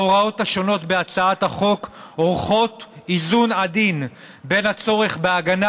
ההוראות השונות בהצעת החוק עורכות איזון עדין בין הצורך בהגנה